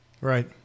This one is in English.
Right